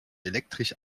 elektrisch